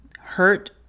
Hurt